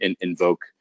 invoke